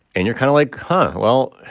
and you're kind of like, huh. well,